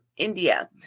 India